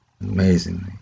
amazingly